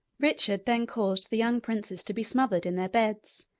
richard then caused the young princes to be smothered in their beds,